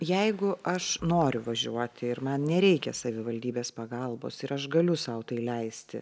jeigu aš noriu važiuoti ir man nereikia savivaldybės pagalbos ir aš galiu sau tai leisti